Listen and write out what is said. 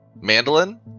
mandolin